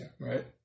right